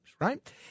right